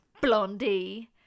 Blondie